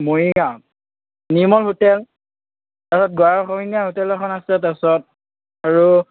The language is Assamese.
মৰিগাঁৱত নিৰ্মল হোটেল আৰু হোটেল এখন আছে তাৰপিছত আৰু